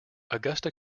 augusta